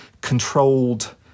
controlled